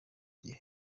gihe